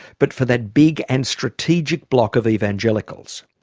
but for that big and strategic block of evangelicals.